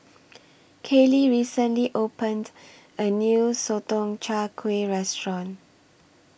Kayley recently opened A New Sotong Char Kway Restaurant